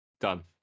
done